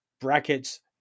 Brackets